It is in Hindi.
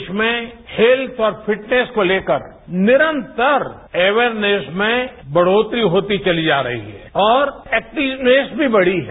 देश में हैत्थ और फिटनेस को लेकर निरतर अवेयरनेस में बढ़ोतरी होती चली जा रही है और एक्टिवनेस भी बढ़ी है